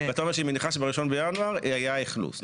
אז אתה אומר שהיא מניחה שבשני בינואר היה אכלוס,